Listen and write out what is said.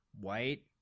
white